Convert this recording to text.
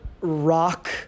rock